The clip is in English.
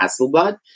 Hasselblad